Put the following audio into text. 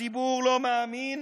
הציבור לא מאמין,